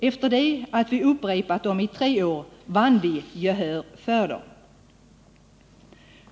Efter det att vi upprepat dem i tre år vann vi gehör för dem.